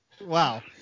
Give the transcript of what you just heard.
Wow